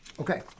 Okay